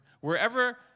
wherever